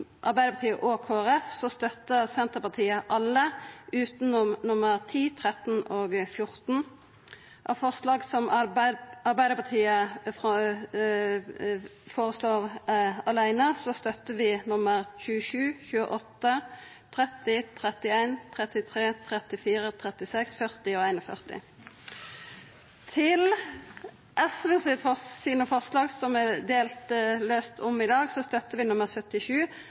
Arbeidarpartiet og Kristeleg Folkeparti i innstillinga støttar Senterpartiet alle, utanom forslaga nr. 10, 13 og 14. Av forslaga som Arbeidarpartiet har fremja aleine, støttar vi forslaga nr. 27, 28, 30, 31, 33, 34, 36, 40 og 41. Når det gjeld SVs forslag, som er omdelte i dag, støttar vi forslag nr. 77.